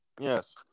Yes